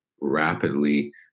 rapidly